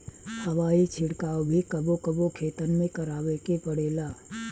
हवाई छिड़काव भी कबो कबो खेतन में करावे के पड़ेला